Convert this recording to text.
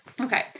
Okay